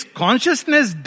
consciousness